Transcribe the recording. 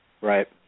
Right